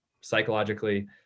psychologically